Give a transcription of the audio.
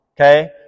okay